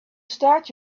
start